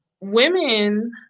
women